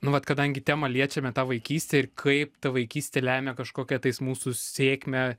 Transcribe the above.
nu vat kadangi temą liečiame tą vaikystę ir kaip ta vaikystė lemia kažkokią tais mūsų sėkmę